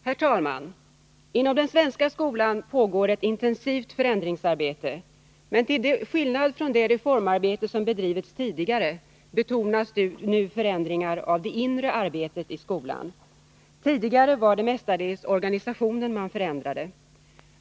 Herr talman! Inom den svenska skolan pågår ett intensivt förändringsarbete. Men till skillnad mot det reformarbete som bedrivits tidigare, betonas nu förändringar av det inre arbetet i skolan. Tidigare var det mestadels organisationen man förändrade.